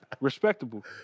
Respectable